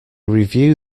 review